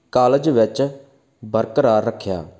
college ਵਿੱਚ ਬਰਕਰਾਰ ਰੱਖਿਆ